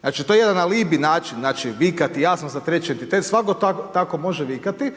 Znači to je jedan alibi način, znači vi kad jasno …/nerazumljivo/… svako tako može vikati,